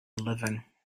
living